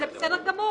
זה בסדר גמור.